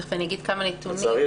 תכף אני אגיד כמה נתונים -- לצערי,